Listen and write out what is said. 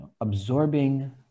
absorbing